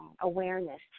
awareness